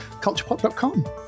culturepop.com